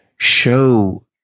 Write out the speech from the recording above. show